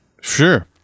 Sure